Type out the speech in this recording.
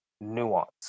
nuance